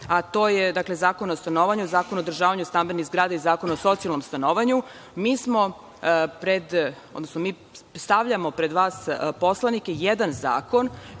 a to su Zakon o stanovanju, Zakon o održavanju stambenih zgrada i Zakon o socijalnom stanovanju, mi stavljamo pred vas poslanike jedan zakon